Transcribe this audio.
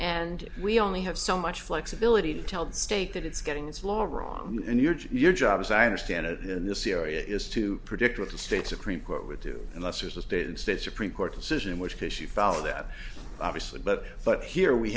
and we only have so much flexibility to tell the state that it's getting its law wrong and your job your job as i understand it in the sea area is to predict what the state supreme court would do unless there's a state and states supreme court decision in which case you follow that obviously but but here we